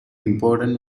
important